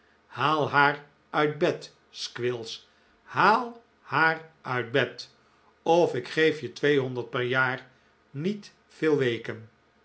haal haar uit bed squills haal haar uit bed of ik geef je tweehonderd per jaar niet veel weken